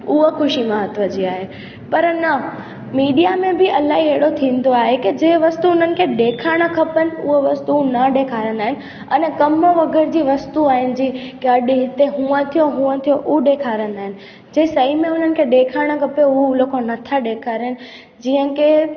उहा ख़ुशी महत्वु जी आहे पर न मीडिया में बि इलाही अहिड़ो थींदो आहे की जे वस्तु हुननि खे ॾेखारण खपनि उहा वस्तु न ॾेखारंदा आहिनि अने कमु वग़ैरह जी वस्तु आहिनि जी अॼु हिते हूअं थियो हूअं थियो उहो ॾेखारंदा आहिनि जे सही में हुननि खे ॾेखारणु खपे उहा लोको न था ॾेखारनि जीअं के